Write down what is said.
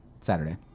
Saturday